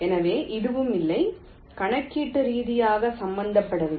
எனவே இதுவும் இல்லை கணக்கீட்டு ரீதியாக சம்பந்தப்படவில்லை